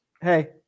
Hey